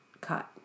cut